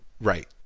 Right